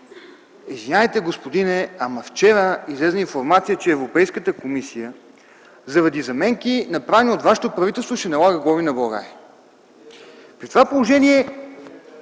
Извинявайте, господине, но вчера излезе информация, че Европейската комисия заради заменки, направени от вашето правителство, ще налага глоби на България. При това положение